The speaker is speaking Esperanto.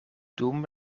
dum